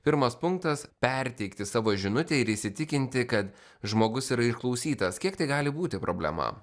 pirmas punktas perteikti savo žinutę ir įsitikinti kad žmogus yra išklausytas kiek tai gali būti problema